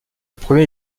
premier